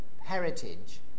heritage